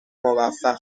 موفق